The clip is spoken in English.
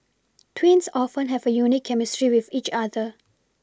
twins often have a unique chemistry with each other